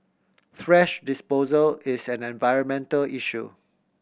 thrash disposal is an environmental issue